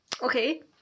Okay